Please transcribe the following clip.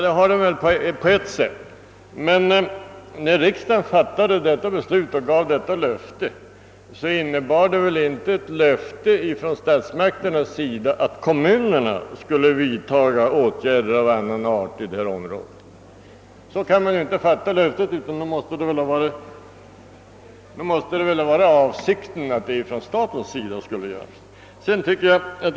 Det har de nog på ett sätt, men när riksdagen fattade detta beslut och gav detta löfte innebar det väl inte att statsmakterna lovade att kommunerna skulle vidta dessa åtgärder av annan art i detta område. Så kan man inte fatta löftet; avsikten måste ha varit att staten skulle göra det.